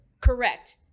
Correct